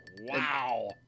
Wow